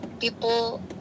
people